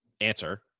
answer